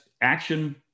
action